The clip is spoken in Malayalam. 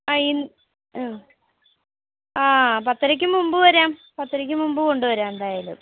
ആ ഇന്ന് മ്മ് ആ പത്തരയ്ക്ക് മുമ്പ് വരാം പത്തരയ്ക്ക് മുമ്പ് കൊണ്ടുവരാം എന്തായാലും